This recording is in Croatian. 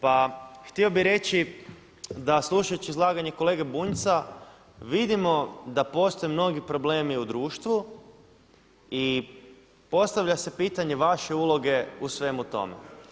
Pa htio bi reći da slušajući izlaganje kolege Bunjca vidimo da postoje mnogi problemi u društvu i postavlja se pitanje vaše uloge u svemu tome.